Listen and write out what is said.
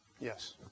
Yes